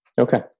Okay